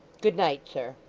good night, sir